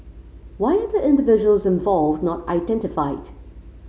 why are the individuals involved not identified